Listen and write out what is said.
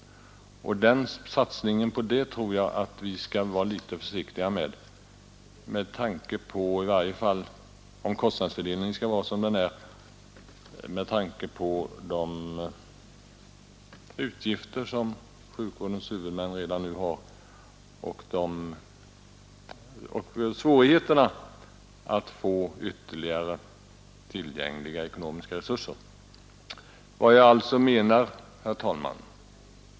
Vi skall nog vara litet försiktiga med att hoppas på en sådan ökning. Om kostnadsfördelningen skall vara som den är, måste vi tänka på de utgifter som sjukvårdens huvudmän redan nu har och svårigheterna att få ytterligare ekonomiska resurser tillgängliga.